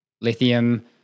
lithium